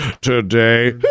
today